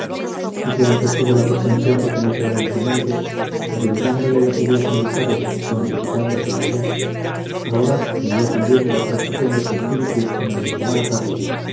y si antes tuvo la pretensión de penetrar en su mente adivinándole las ideas militares o anticipándose a ellas ahora creía también en la transfusión de su espíritu en el de